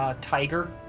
Tiger